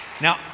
Now